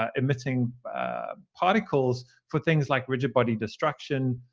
ah emitting particles for things like rigid body destruction,